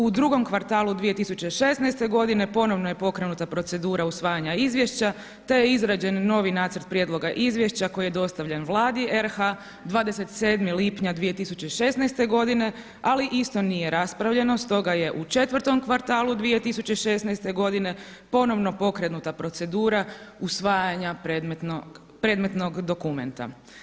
U drugom kvartalu 2016. godine ponovno je pokrenuta procedura usvajanja izvješća te je izrađen novi nacrt prijedloga izvješća koji je dostavljen Vladi RH 27. lipnja 2016. godine ali isto nije raspravljeno stoga je u četvrtom kvartalu 2016. godine ponovno pokrenuta procedura usvajanja predmetnog dokumenta.